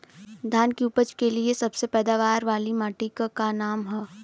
धान की उपज के लिए सबसे पैदावार वाली मिट्टी क का नाम ह?